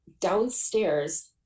downstairs